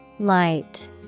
Light